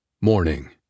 Morning